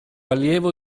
allievo